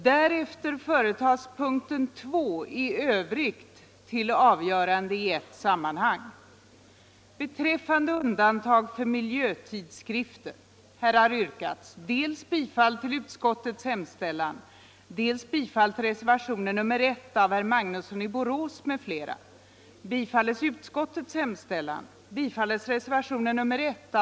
Därefter företas punkten 2 i övrigt till avgörande i ett sammanhang. "I propositionen föreslås att bestämmelser om förseningsavgift införs i tullagen för det fall att tulldeklaration ej lämnas inom föreskriven tid. Förslaget upptar också bestämmelser om ränta och restavgift på tullområdet.